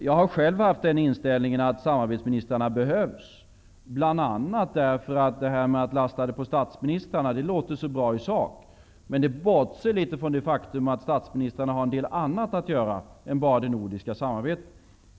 Jag har själv haft inställningen att samarbetsministrarna behövs, bl.a. därför att det låter så bra i sak att lasta detta på statsministrarna, men då bortser man litet från det faktum att statsministrarna har en del annat att göra än att bara ägna sig åt det nordiska samarbetet.